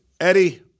Eddie